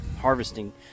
harvesting